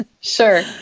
Sure